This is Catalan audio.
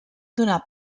donar